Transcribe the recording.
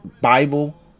Bible